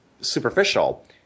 Superficial